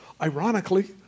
Ironically